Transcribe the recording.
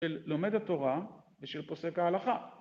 של לומד התורה ושל פוסק ההלכה.